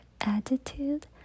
attitude